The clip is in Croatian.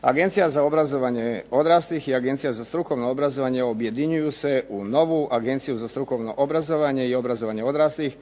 Agencija za obrazovanje odraslih i Agencija za strukovno obrazovanje objedinjuju se u novu Agenciju za strukovno obrazovanje i obrazovanje odraslih,